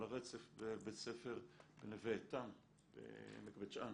הרצף בבית ספר בנווה איתן בעמק בית שאן,